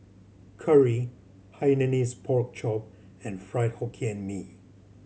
curry Hainanese Pork Chop and Fried Hokkien Mee